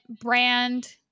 brand